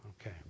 Okay